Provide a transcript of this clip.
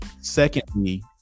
Secondly